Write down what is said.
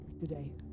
today